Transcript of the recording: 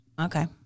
Okay